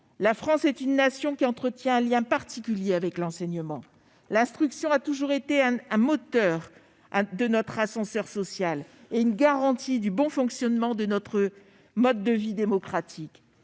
La France est une nation qui entretient un lien particulier avec l'enseignement. L'instruction a toujours été un moteur de notre ascenseur social et une garantie du bon fonctionnement de notre mode de vie démocratique.